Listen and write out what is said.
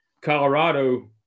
Colorado